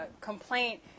complaint